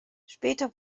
später